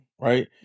right